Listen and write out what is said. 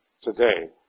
today